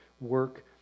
work